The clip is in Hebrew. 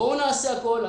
בואו נעשה הכול.